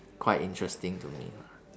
quite interesting to me lah